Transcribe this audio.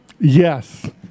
Yes